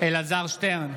אלעזר שטרן,